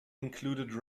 included